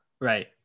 Right